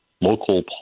local